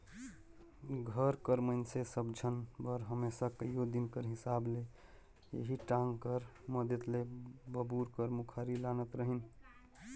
घर कर मइनसे सब झन बर हमेसा कइयो दिन कर हिसाब ले एही टागी कर मदेत ले बबूर कर मुखारी लानत रहिन